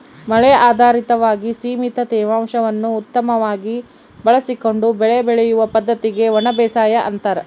ಮಳೆ ಆಧಾರಿತವಾಗಿ ಸೀಮಿತ ತೇವಾಂಶವನ್ನು ಉತ್ತಮವಾಗಿ ಬಳಸಿಕೊಂಡು ಬೆಳೆ ಬೆಳೆಯುವ ಪದ್ದತಿಗೆ ಒಣಬೇಸಾಯ ಅಂತಾರ